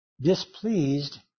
displeased